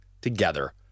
together